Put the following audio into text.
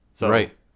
Right